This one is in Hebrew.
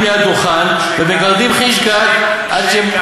ליד דוכן ומגרדים "חיש גד" עד שהם,